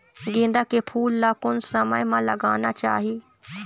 गेंदा के फूल ला कोन समय मा लगाना चाही?